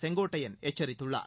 செங்கோட்டையன் எச்சரித்துள்ளார்